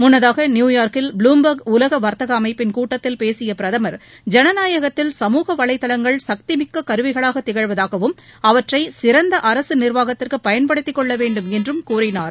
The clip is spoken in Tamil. முன்னதாக நியூயார்க்கில் ப்ளும்பொ்க் உலக வா்த்தக அமைப்பின் கூட்டத்தில் பேசிய பிரதமா் ஜனநாயகத்தில் சமூக வலைதளங்கள் சக்திமிக்க கருவிகளாக திகழ்வதாகவும் அவற்றை சிறந்த அரசு நிர்வாகத்திற்கு பயன்படுத்திக் கொள்ளவேண்டும் என்றும் கூறினார்